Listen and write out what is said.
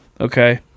okay